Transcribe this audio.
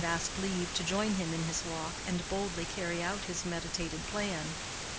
when he would ask leave to join him in his walk and boldly carry out his meditated plan.